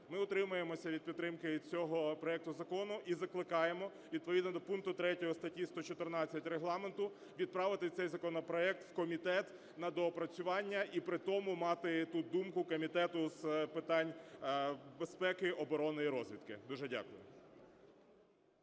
ми утримуємося від підтримки цього проекту закону і закликаємо відповідно до пункту 3 статті 114 Регламенту відправити цей законопроект в комітет на доопрацювання і при тому мати тут думку Комітету з питань безпеки, оборони і розвідки. Дуже дякую.